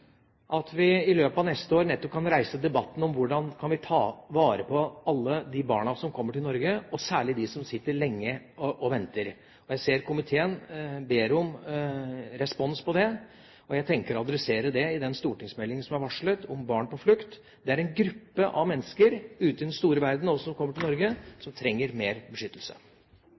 at vi i løpet av neste år nettopp kan reise debatten om hvordan vi kan ta vare på alle de barna som kommer til Norge, særlig de som sitter lenge og venter. Jeg ser at komiteen ber om respons på det, og jeg tenker å adressere det i den stortingsmeldingen som er varslet, om barn på flukt. Det er en gruppe av mennesker ute i den store verden som kommer til Norge, som trenger mer beskyttelse.